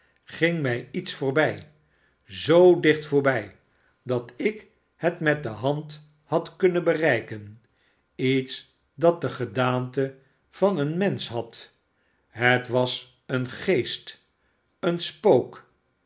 ging mij iets voorbij zoo dicht voorbij dat ik het met de hand had kunnen bereiken iets dat de gedaante van een mensch had het was een geest een spook